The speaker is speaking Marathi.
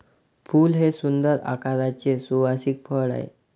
फूल हे सुंदर आकाराचे सुवासिक फळ आहे